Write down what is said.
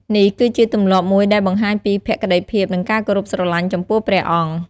នេះគឺជាទម្លាប់មួយដែលបង្ហាញពីភក្តីភាព និងគោរពស្រលាញ់ចំពោះព្រះអង្គ។